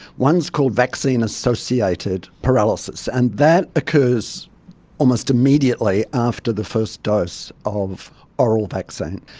one is called vaccine associated paralysis, and that occurs almost immediately after the first dose of oral vaccine.